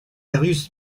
darius